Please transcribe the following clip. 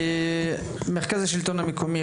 מרכז השלטון המקומי,